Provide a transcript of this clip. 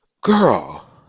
girl